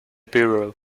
bureau